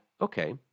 okay